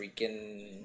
freaking